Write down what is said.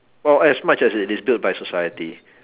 or as much as it is built by society